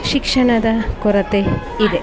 ಶಿಕ್ಷಣದ ಕೊರತೆ ಇದೆ